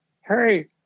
Harry